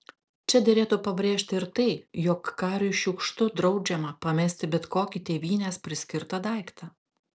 čia derėtų pabrėžti ir tai jog kariui šiukštu draudžiama pamesti bet kokį tėvynės priskirtą daiktą